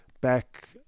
back